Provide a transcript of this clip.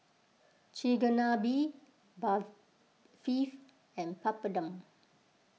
Chigenabe bar and Papadum